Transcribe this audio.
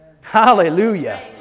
Hallelujah